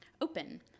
open